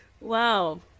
Wow